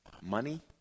money